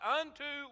unto